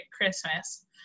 Christmas